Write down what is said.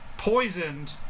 Poisoned